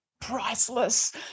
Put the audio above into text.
priceless